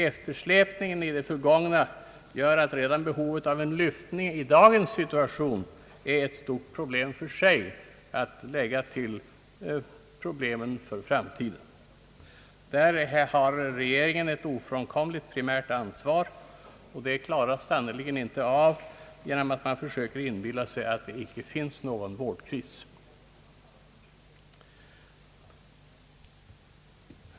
Eftersläpningen i det förgångna gör att redan behovet av en lyftning i dagens situation är ett stort problem för sig — att lägga till problemen för framtiden. Där har regeringen ett ofrånkomligt primärt ansvar, och det klaras sannerligen inte av genom att man försöker inbilla sig att det inte finns någon vårdkris!